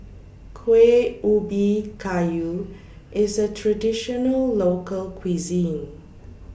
Kueh Ubi Kayu IS A Traditional Local Cuisine